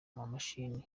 amamashini